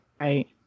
right